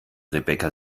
rebecca